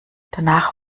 danach